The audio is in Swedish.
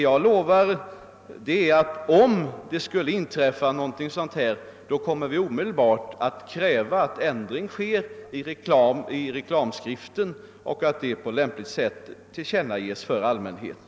Jag lovar alltså att om det skulle inträffa någonting sådant här i fortsättningen, så kommer vi omedelbart att kräva att ändring sker i reklamskriften och att det på lämpligt sätt tillkännages för allmänheten.